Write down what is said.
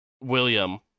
William